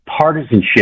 partisanship